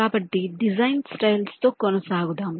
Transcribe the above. కాబట్టి design styles తో కొనసాగుదాం